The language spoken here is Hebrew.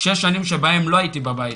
6 שנים שבהם לא הייתי בבית,